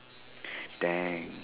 dang